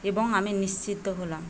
এবং আমি নিশ্চিন্ত হলাম